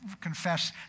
confess